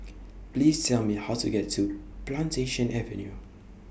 Please Tell Me How to get to Plantation Avenue